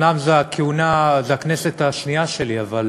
אומנם זו הכהונה השנייה שלי בכנסת, אבל